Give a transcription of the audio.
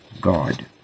God